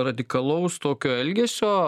radikalaus tokio elgesio